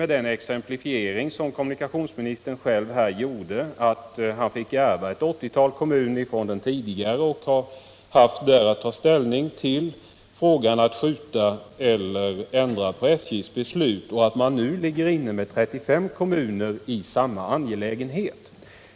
Den exemplifiering som kommunikationsministern själv gjorde visar ju att han av den tidigare kommunikationsministern fick ärva framställningar från ett 80-tal kommuner och att han alltså haft att ta ställning till frågan om att skjuta eller ändra på SJ:s beslut, samt att det nu ligger inne framställningar från 35 kommuner i samma angelägenhet.